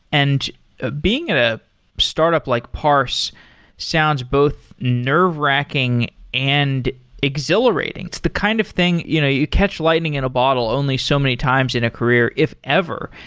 and ah being in a startup like parse sounds both nerve wracking and exhilarating. it's the kind of thing, you know you catch lightning in a bottle only so many times in a career, if ever.